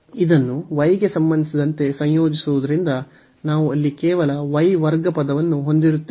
ಇದನ್ನು y ಗೆ ಸಂಬಂಧಿಸಿದಂತೆ ಸಂಯೋಜಿಸುವುದರಿಂದ ನಾವು ಅಲ್ಲಿ ಕೇವಲ y ವರ್ಗ ಪದವನ್ನು ಹೊಂದಿರುತ್ತೇವೆ